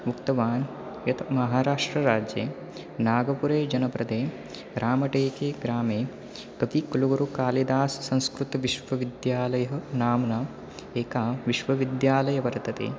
उक्तवान् यत् महाराष्ट्रराज्ये नागपुरे जनपदे रामटेके ग्रामे कविकुलगुरुकालिदाससंस्कृतविश्वविद्यालयः नाम्ना एकः विश्वविद्यालयः वर्तते